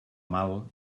mal